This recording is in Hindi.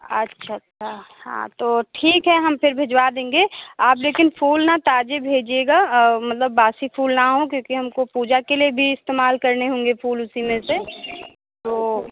अच्छा अच्छा हाँ तो ठीक है हम फिर भिजवा देंगे आप लेकिन फूल ना ताजे भेजिएगा मतलब बासी फूल ना हों क्योंकि हमको पूजा के लिए भी इस्तेमाल करने होंगे फूल उसी में से तो